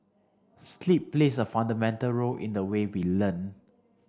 sleep plays a fundamental role in the way we learn